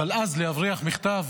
אבל אז להבריח מכתב